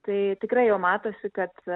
tai tikrai jau matosi kad